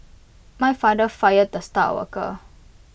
my father fired the star worker